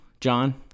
John